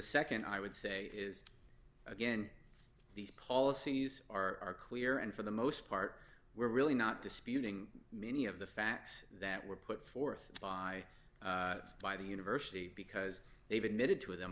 nd i would say is again these policies are clear and for the most part we're really not disputing many of the facts that were put forth by by the university because they've admitted to them